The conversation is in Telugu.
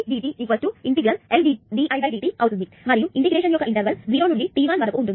మరియు ఇంటిగ్రేషన్ యొక్క ఇంటర్వెల్ 0 నుండి t1 వరకు ఉంటుంది